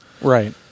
Right